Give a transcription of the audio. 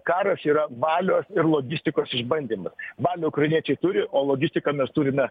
karas yra valios ir logistikos išbandymas valią ukrainiečiai turi o logistiką mes turime